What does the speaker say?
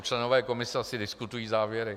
Členové komise asi diskutují závěry.